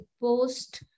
post